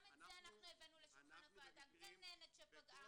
גם את זה אנחנו הבאנו לשולחן הוועדה, גננת שפגעה.